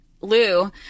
Lou